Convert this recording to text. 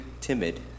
timid